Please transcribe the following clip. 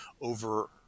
over